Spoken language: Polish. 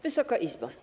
Wysoka Izbo!